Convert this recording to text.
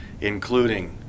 including